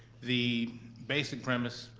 the basic premise,